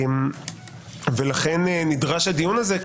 ולכן נדרש הדיון הזה.